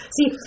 See